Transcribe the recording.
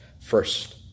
first